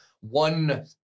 one